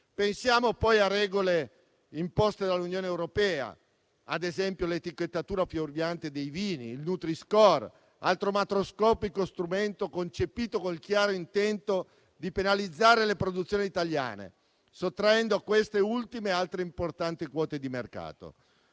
Pensiamo poi a regole imposte dall'Unione europea, come ad esempio quella sull'etichettatura fuorviante dei vini o il nutri-score*,* altro macroscopico strumento concepito col chiaro intento di penalizzare le produzioni italiane, sottraendo a queste ultime altre importanti quote di mercato.